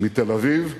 מתל-אביב לאילת,